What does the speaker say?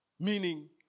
Meaning